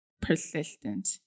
persistent